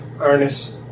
Ernest